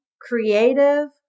creative